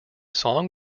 song